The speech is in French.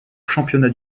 championnat